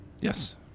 Yes